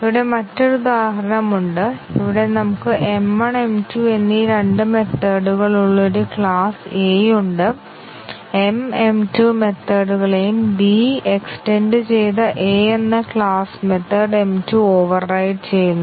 ഇവിടെ മറ്റൊരു ഉദാഹരണം ഉണ്ട് ഇവിടെ നമുക്ക് m1 m2 എന്നീ രണ്ട് മെത്തേഡ്കളുള്ള ഒരു ക്ലാസ് A ഉണ്ട് m m2 മെത്തേഡ് കളെയും B എക്സ്റ്റെൻറ് ചെയ്ത A എന്ന ക്ലാസ് മെത്തേഡ് m2 ഓവെർറൈഡ് ചെയ്യുന്നു